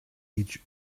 each